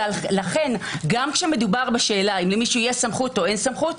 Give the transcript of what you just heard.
לכן גם כשמדובר בשאלה אם למישהו יש סמכות או אין סמכות,